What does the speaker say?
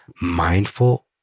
mindful